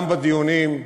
גם בדיונים,